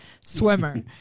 swimmer